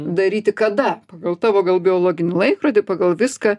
daryti kada pagal tavo gal biologinį laikrodį pagal viską